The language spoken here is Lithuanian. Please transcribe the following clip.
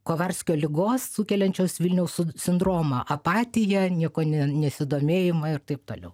kovarskio ligos sukeliančios vilniaus sindromą apatiją niekuo ne nesidomėjimą ir taip toliau